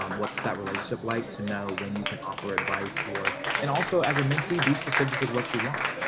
um what's that relationship like to know when you can offer advice for and also as a mentee be specific with what you want.